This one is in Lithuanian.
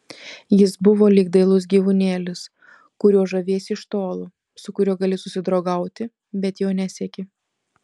jis buvo lyg dailus gyvūnėlis kuriuo žaviesi iš tolo su kuriuo gali susidraugauti bet jo nesieki